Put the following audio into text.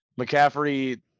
McCaffrey